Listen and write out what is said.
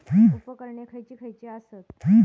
उपकरणे खैयची खैयची आसत?